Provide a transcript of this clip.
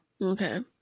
Okay